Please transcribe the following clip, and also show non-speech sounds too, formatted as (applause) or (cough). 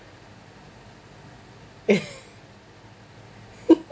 (laughs)